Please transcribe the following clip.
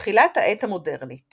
תחילת העת המודרנית